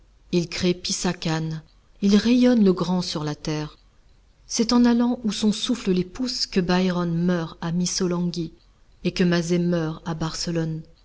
il crée pisacane il rayonne le grand sur la terre c'est en allant où son souffle les pousse que byron meurt à missolonghi et que mazet meurt à barcelone